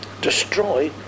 Destroy